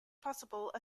possible